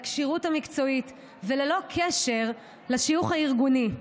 לכשירות המקצועית וללא קשר לשיוך הארגוני,